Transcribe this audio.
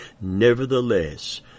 nevertheless